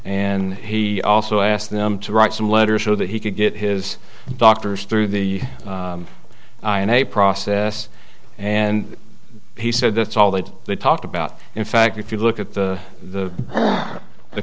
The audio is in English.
and he also asked them to write some letters so that he could get his doctors through the eye and a process and he said that's all that they talked about in fact if you look at the the the